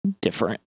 different